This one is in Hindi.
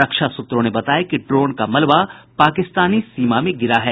रक्षा सूत्रों ने बताया कि ड्रोन का मलबा पाकिस्तानी सीमा में गिरा है